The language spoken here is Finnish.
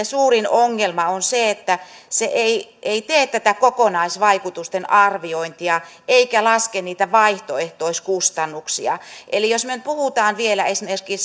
suurin ongelma on se että se ei ei tee kokonaisvaikutusten arviointia eikä laske vaihtoehtoiskustannuksia eli jos me nyt puhumme vielä esimerkiksi